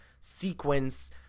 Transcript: sequence